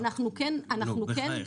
נו, בחייך.